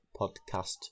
podcast